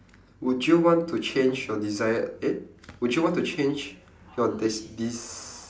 would you want to change your desire eh would you want to change your des~ des~